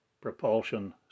propulsion